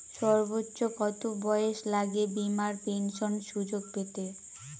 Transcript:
সর্বোচ্চ কত বয়স লাগে বীমার পেনশন সুযোগ পেতে?